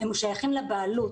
הם שייכים לבעלות,